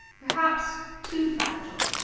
perhaps too fragile.